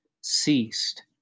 ceased